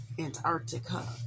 antarctica